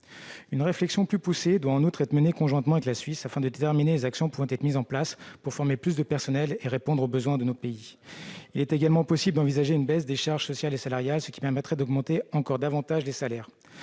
Une réflexion doit donc être menée conjointement avec la Suisse, afin de déterminer les actions pouvant être mises en place pour former plus de personnel et répondre aux besoins de nos pays. Il est également possible d'envisager une baisse des charges sociales et salariales, ce qui permettrait d'augmenter mécaniquement les salaires,